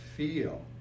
feel